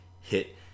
hit